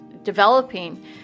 developing